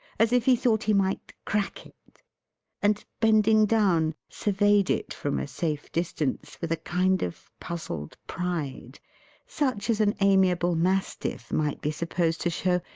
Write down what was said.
as if he thought he might crack it and bending down, surveyed it from a safe distance, with a kind of puzzled pride such as an amiable mastiff might be supposed to show,